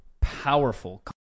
powerful